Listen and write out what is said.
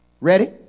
Ready